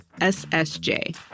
ssj